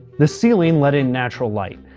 the ceiling let in natural light.